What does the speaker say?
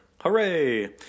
Hooray